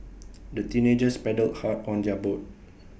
the teenagers paddled hard on their boat